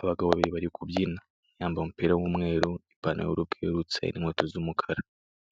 Abagabo babiri bari kubyina, umwe yambaye umupira w'umweru, ipantaro y 'ubururu bwerurutse n'inkweto z'umukara.